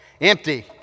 empty